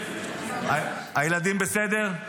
הילדים בסדר?